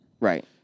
Right